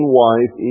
wife